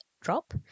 drop